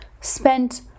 spent